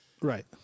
Right